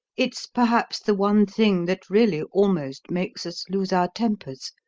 it's perhaps the one thing that really almost makes us lose our tempers.